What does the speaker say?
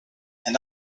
and